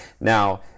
Now